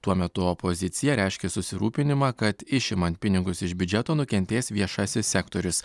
tuo metu opozicija reiškė susirūpinimą kad išimant pinigus iš biudžeto nukentės viešasis sektorius